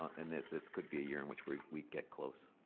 and this this could be a year in which we we get close.